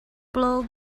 blow